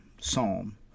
psalm